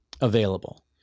available